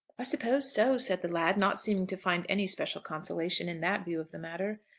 i suppose so, said the lad, not seeming to find any special consolation in that view of the matter.